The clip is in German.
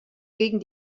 gegen